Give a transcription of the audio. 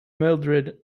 mildrid